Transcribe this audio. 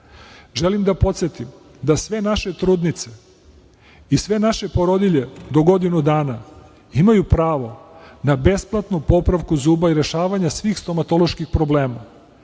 da podsetim da sve naše trudnice i sve naše porodilje do godinu dana imaju pravo na besplatnu popravku zuba i rešavanje svih stomatoloških problema.